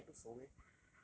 你跟 lynnette 不熟 meh